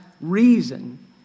reason